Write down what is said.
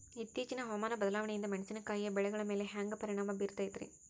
ಇತ್ತೇಚಿನ ಹವಾಮಾನ ಬದಲಾವಣೆಯಿಂದ ಮೆಣಸಿನಕಾಯಿಯ ಬೆಳೆಗಳ ಮ್ಯಾಲೆ ಹ್ಯಾಂಗ ಪರಿಣಾಮ ಬೇರುತ್ತೈತರೇ?